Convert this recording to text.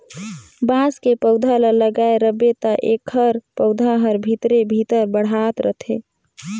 बांस के पउधा ल लगाए रहबे त एखर पउधा हर भीतरे भीतर बढ़ात रथे